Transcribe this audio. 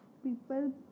People